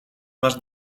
masz